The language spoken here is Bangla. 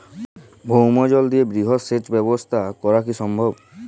ভৌমজল দিয়ে বৃহৎ সেচ ব্যবস্থা করা কি সম্ভব?